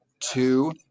Two